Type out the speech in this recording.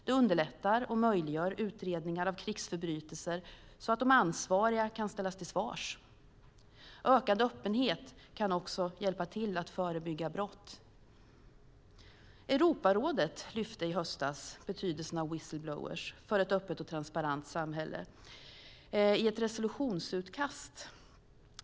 Det underlättar och möjliggör utredningar av krigsförbrytelser så att de ansvariga kan ställas till svars. Ökad öppenhet kan också hjälpa till att förebygga brott. Europarådet lyfte i höstas i ett resolutionsutkast fram betydelsen av whistleblowers för ett öppet och transparent samhälle.